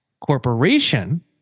corporation